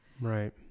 Right